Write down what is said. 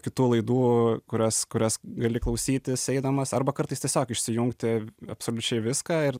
kitų laidų kurias kurias gali klausytis eidamas arba kartais tiesiog išsijungti absoliučiai viską ir